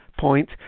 point